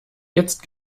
jetzt